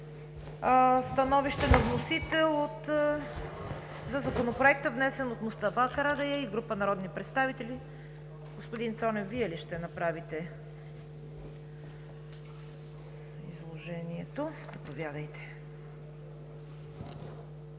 Становище на вносител за Законопроекта, внесен от Мустафа Карадайъ и група народни представители. Господин Цонев, Вие ли ще направите изложението? Заповядайте.